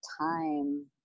time